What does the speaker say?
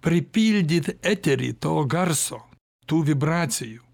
pripildyt eterį to garso tų vibracijų